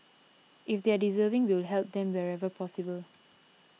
if they are deserving we will help them wherever possible